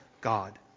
god